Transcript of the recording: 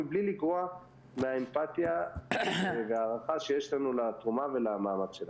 מבלי לגרוע מהאמפתיה וההערכה שיש לנו לתרומה ולמאמץ שלהם.